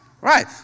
Right